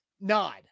nod